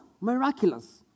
Miraculous